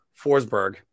Forsberg